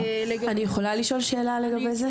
לגבי --- אני יכולה לשאול שאלה לגבי זה?